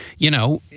you know,